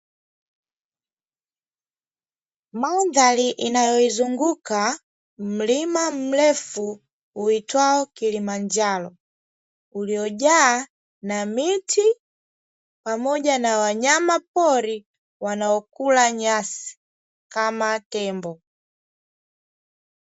Mandhari inayoizunguka mlima mrefu, uitwao Kilimanjaro uliojaa na miti pamoja na wanyamapori wanaokula nyasi kama tembo.